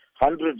hundreds